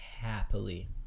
happily